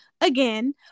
again